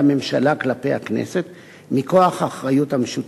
הממשלה כלפי הכנסת מכוח האחריות המשותפת.